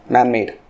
Man-made